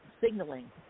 signaling